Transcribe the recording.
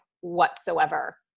whatsoever